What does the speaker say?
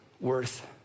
worth